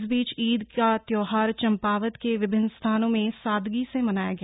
इस बीच ईद का त्यौहार चम्पावत के विभिन्न स्थानों में सादगी से मनाया गया